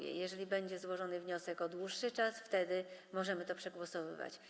Jeżeli będzie złożony wniosek o dłuższy czas, wtedy możemy to przegłosowywać.